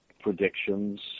predictions